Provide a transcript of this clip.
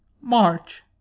March